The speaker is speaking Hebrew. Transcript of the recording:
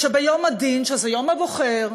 שביום הדין, שזה יום הבוחר,